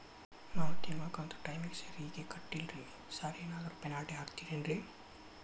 ನಾನು ತಿಂಗ್ಳ ಕಂತ್ ಟೈಮಿಗ್ ಸರಿಗೆ ಕಟ್ಟಿಲ್ರಿ ಸಾರ್ ಏನಾದ್ರು ಪೆನಾಲ್ಟಿ ಹಾಕ್ತಿರೆನ್ರಿ?